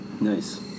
Nice